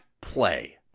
play